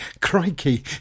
Crikey